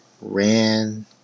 ran